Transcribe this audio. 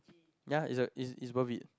ya is a it's it's worth it